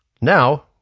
Now